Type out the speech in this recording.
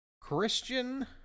Christian